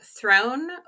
thrown